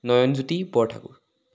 Nayanjyoti Borthakur